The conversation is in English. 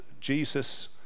Jesus